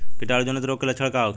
कीटाणु जनित रोग के लक्षण का होखे?